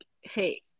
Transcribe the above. hey